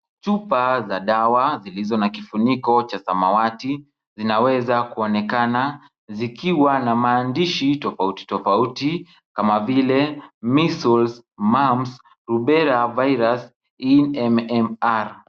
Chupa za dawa zilizo na kifuniko cha samawati zinaweza kuonekana zikiwa na maandishi tofauti tofauti kama vile measles, mumps, rubela virus, M-M-R .